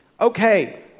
okay